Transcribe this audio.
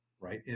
right